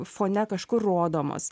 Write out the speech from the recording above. fone kažkur rodomos